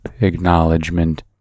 acknowledgement